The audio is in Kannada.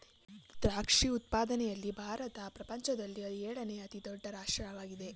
ದ್ರಾಕ್ಷಿ ಉತ್ಪಾದನೆಯಲ್ಲಿ ಭಾರತ ಪ್ರಪಂಚದಲ್ಲಿ ಏಳನೇ ಅತಿ ದೊಡ್ಡ ರಾಷ್ಟ್ರವಾಗಿದೆ